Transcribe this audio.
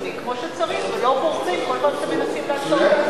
הציוני כמו שצריך ולא בורחים כל פעם שמנסים לעצור אותנו.